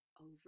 over